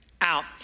out